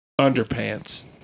Underpants